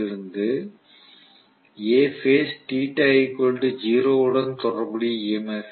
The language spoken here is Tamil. எஃப் இல் இருந்து A பேஸ் உடன் தொடர்புடைய ஈ